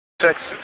Texas